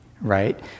right